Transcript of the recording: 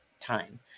time